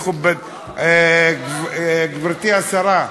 גברתי השרה,